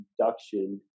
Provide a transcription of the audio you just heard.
reduction